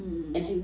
mm mm mmhmm